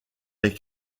les